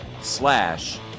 slash